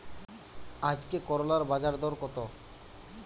আজকে করলার বাজারদর কত?